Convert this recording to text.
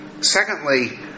secondly